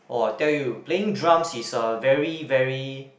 orh I tell you playing drums is uh very very